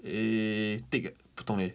a thick katong leh